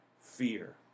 fear